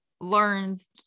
learns